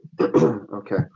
Okay